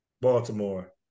Baltimore